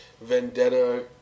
vendetta